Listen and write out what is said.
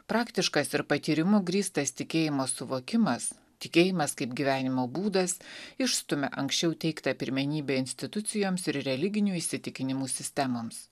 praktiškas ir patyrimu grįstas tikėjimo suvokimas tikėjimas kaip gyvenimo būdas išstumia anksčiau teiktą pirmenybę institucijoms ir religinių įsitikinimų sistemoms